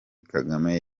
kagame